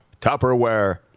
Tupperware